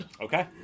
Okay